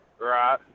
Right